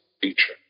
feature